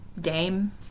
Dame